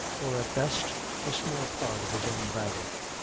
or at best a small part of his own baggage,